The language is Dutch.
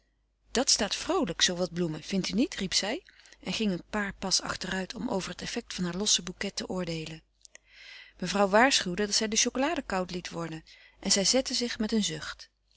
dat staat vroolijk zoo wat bloemen vindt u niet riep zij en ging een paar pas achteruit om over het effect van haar lossen bouquet te oordeelen mevrouw waarschuwde dat zij de chocolade koud liet worden en zij zette zich met een zucht